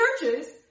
churches